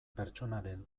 pertsonaren